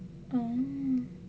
oo